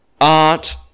art